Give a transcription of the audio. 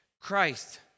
Christ